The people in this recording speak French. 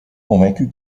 convaincue